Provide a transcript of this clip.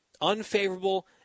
Unfavorable